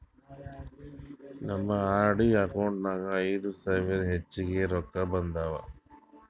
ನಮ್ದು RD account ನಾಗ್ ಐಯ್ದ ಸಾವಿರ ಹೆಚ್ಚಿಗೆ ರೊಕ್ಕಾ ಬಂದಾವ್